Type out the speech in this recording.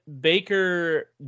Baker